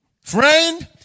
Friend